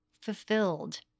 fulfilled